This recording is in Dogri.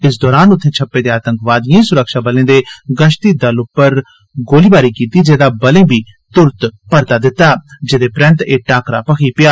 इस दौरान उत्थे छप्पे दे आतंकवादिएं सुरक्षाबलें दे दल उप्पर गोलीबारी कीती जेह्दा बलें गी तुरत परता दित्ता जेह्दे परैन्त एह् टाक्करा छिड़ी पेआ